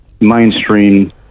mainstream